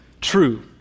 true